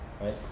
right